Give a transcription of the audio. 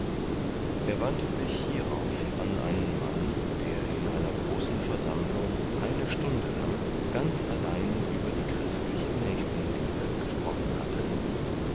er wandte sich hierauf an einen mann der in einer großen versammlung eine stunde lang ganz allein über die christliche nächstenliebe gesprochen hatte